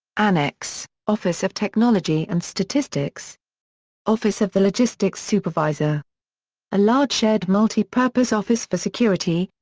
annex office of technology and statistics office of the logistics supervisor a large shared multi-purpose office for security,